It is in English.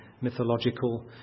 mythological